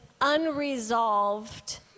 unresolved